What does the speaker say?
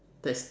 that's